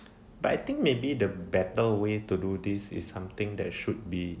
but I think maybe the better way to do this is something that should be